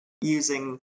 using